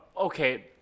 okay